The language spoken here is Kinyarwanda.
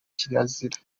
kirazira